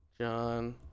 John